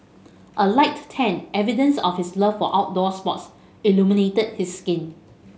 a light tan evidence of his love for outdoor sports illuminated his skin